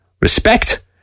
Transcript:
Respect